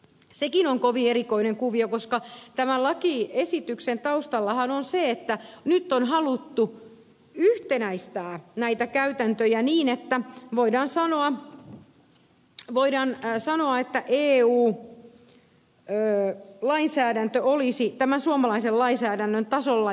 sekin on kovin erikoinen kuvio koska tämän lakiesityksen taustallahan on se että nyt on haluttu yhtenäistää näitä käytäntöjä niin että voidaan sanoa että eu lainsäädäntö olisi tämän suomalaisen lainsäädännön tasolla